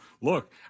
look